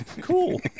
Cool